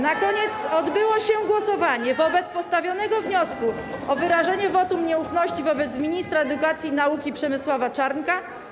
Na koniec odbyło się głosowanie nad postawionym wnioskiem o wyrażenie wotum nieufności wobec ministra edukacji i nauki Przemysława Czarnka.